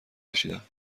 کشیدم